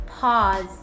Pause